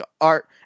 art